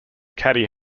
caddy